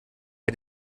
bei